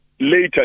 Later